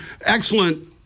excellent